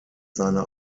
seine